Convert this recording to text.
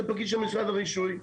--- פקיד של משרד הרישוי.